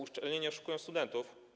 Uczelnie nie oszukują studentów?